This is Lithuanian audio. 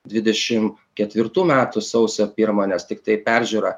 dvidešim ketvirtų metų sausio pirmą nes tiktai peržiūra